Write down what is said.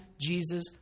Jesus